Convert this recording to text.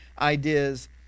ideas